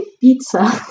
pizza